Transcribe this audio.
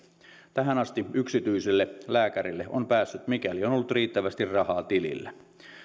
tähän asti yksityiselle lääkärille on päässyt mikäli on ollut riittävästi rahaa tilillä